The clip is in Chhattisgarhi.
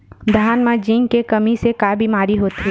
धान म जिंक के कमी से का बीमारी होथे?